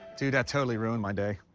dude, that totally ruined my day.